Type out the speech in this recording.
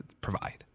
provide